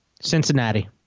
Cincinnati